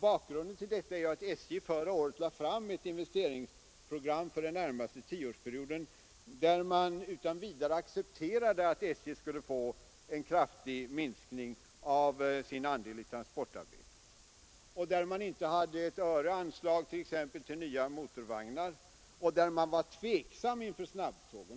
Bakgrunden härtill är att SJ förra året lade fram ett investeringsprogram för den närmaste tioårsperioden, där man utan vidare accepterade att SJ skulle få en kraftig minskning av sin andel i transportarbetet, där det inte föreslogs ett öre i anslag till nya motorvagnar och där man ställde sig tveksam till snabbtåg.